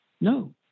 No